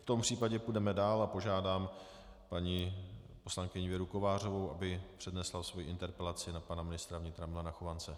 V tom případě půjdeme dál a požádám paní poslankyni Věru Kovářovou, aby přednesla svoji interpelaci na pana ministra vnitra Milana Chovance.